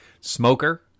smoker